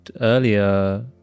earlier